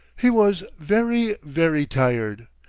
he was very, very tired,